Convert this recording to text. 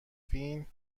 فین